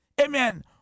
amen